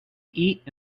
eat